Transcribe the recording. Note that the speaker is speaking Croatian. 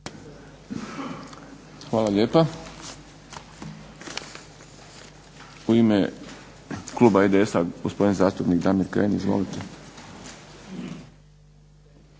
Hvala lijepa. U ime kluba IDS-a gospodin zastupnik Damir Kajin. Izvolite.